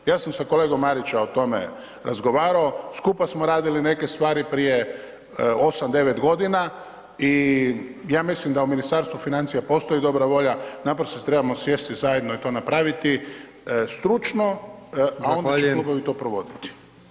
Ja sam sa kolegom Marićem o tome razgovarao, skupa smo radili neke stvari prije 8, 9 godina i ja mislim da u Ministarstvu financija postoji dobra volja, naprosto trebamo sjesti zajedno i to napraviti stručno [[Upadica: Zahvaljujem.]] a onda će klubovi to provoditi.